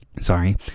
sorry